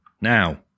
now